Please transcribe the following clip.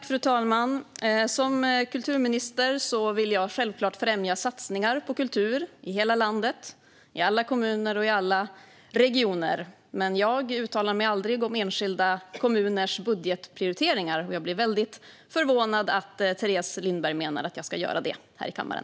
Fru talman! Som kulturminister vill jag självfallet främja satsningar på kultur i hela landet, i alla kommuner och regioner. Men jag uttalar mig aldrig om enskilda kommuners budgetprioriteringar, och jag blir väldigt förvånad över att Teres Lindberg menar att jag ska göra det här i kammaren.